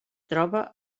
troba